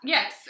Yes